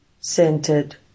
centered